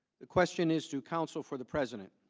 the question as to counsel for the present.